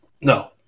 No